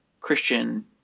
Christian